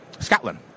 Scotland